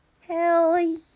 Hell